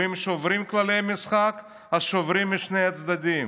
ואם שוברים את כללי המשחק אז שוברים משני הצדדים.